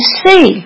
see